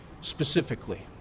specifically